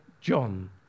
John